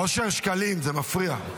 אושר שקלים, זה מפריע.